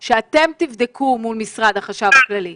הוא אמר שאתם תבדקו מול החשב הכללי.